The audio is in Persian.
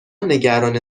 نگران